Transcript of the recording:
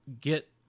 get